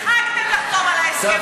לחתום על ההסכם,